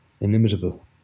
inimitable